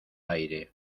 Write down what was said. aire